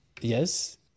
Yes